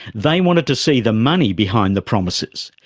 they wanted to see the money behind the promises.